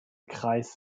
kreis